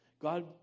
God